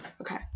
Okay